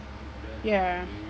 ya